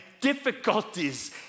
difficulties